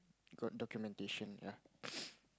got documentation yea